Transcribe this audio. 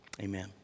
Amen